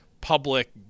public